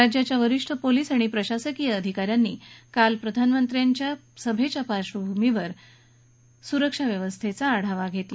राज्याच्या वरीष्ठ पोलीस आणि प्रशासकीय अधिका यांनी काल प्रधानमंत्र्यांच्या बैठकीच्या पार्श्वभूमीवर सुरक्षा व्यवस्थेचा आढावा घेतला